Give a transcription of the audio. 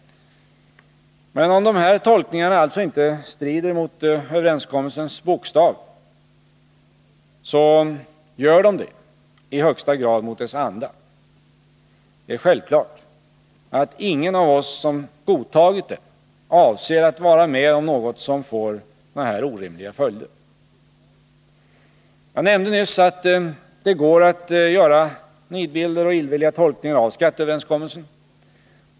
Men om dessa tolkningar alltså inte strider mot överenskommelsens bokstav, så strider de i högsta grad mot dess anda. Det är självklart att ingen av oss som godtagit den avser att vara med om något som får sådana orimliga följder. Jag nämnde nyss att det går att göra nidbilder och illvilliga tolkningar av skatteöverenskommelsen.